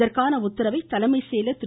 இதற்கான உத்தரவை தலைமை செயலர் திரு